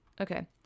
okay